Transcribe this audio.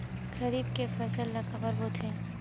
खरीफ के फसल ला काबर बोथे?